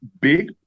big